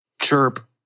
Chirp